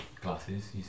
glasses